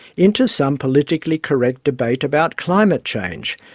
into some politically correct debate about climate change.